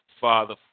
Father